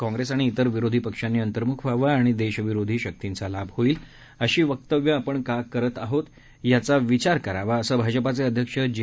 काँग्रेस आणि इतर विरोधी पक्षांनी अंतर्मुख व्हावं आणि देशविरोधी शक्तींचा लाभ होईल अशी वक्तव्य आपण का करत आहोत याचा विचार करावा असं भाजपाचे अध्यक्ष जे